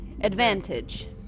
advantage